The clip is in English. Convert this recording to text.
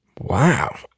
Wow